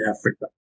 Africa